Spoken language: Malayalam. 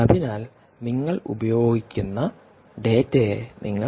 അതിനാൽ നിങ്ങൾ ഉപയോഗിക്കുന്ന ഡാറ്റയെ നിങ്ങൾ